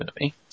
movie